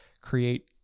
create